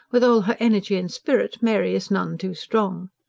with all her energy and spirit mary is none too strong.